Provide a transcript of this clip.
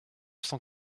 cent